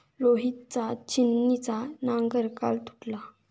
रोहितचा छिन्नीचा नांगर काल तुटला